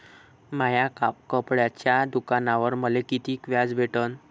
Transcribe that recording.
माया कपड्याच्या दुकानावर मले कितीक व्याज भेटन?